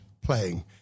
playing